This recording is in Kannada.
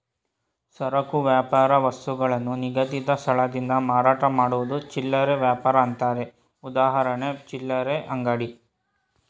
ಸರಕು ವ್ಯಾಪಾರ ವಸ್ತುಗಳನ್ನು ನಿಗದಿತ ಸ್ಥಳದಿಂದ ಮಾರಾಟ ಮಾಡುವುದು ಚಿಲ್ಲರೆ ವ್ಯಾಪಾರ ಅಂತಾರೆ ಉದಾಹರಣೆ ಚಿಲ್ಲರೆ ಅಂಗಡಿ